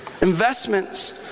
Investments